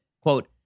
quote